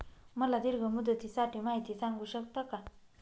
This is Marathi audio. मला दीर्घ मुदतीसाठी माहिती सांगू शकता का?